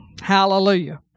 hallelujah